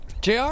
JR